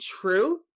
true